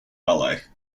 ballet